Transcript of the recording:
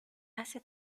hace